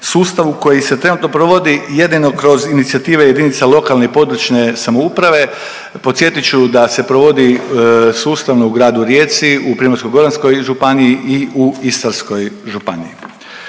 sustavu koji se trenutno provodi jedino kroz inicijative jedinice lokalne i područne samouprave, podsjetit ću da se provodi sustavno u Gradu Rijeci, u Primorsko-goranskoj županiji i u Istarskoj županiji.